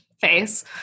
face